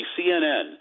CNN